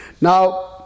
Now